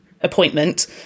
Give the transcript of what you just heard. appointment